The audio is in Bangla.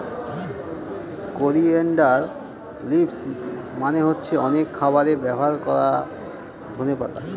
করিয়েনডার লিভস মানে হচ্ছে অনেক খাবারে ব্যবহার করা ধনে পাতা